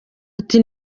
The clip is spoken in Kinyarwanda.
ati